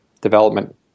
development